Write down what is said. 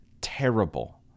terrible